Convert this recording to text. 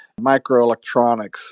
microelectronics